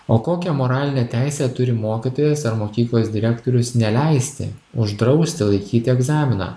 o kokią moralinę teisę turi mokytojas ar mokyklos direktorius neleisti uždrausti laikyti egzaminą